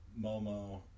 Momo